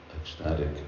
ecstatic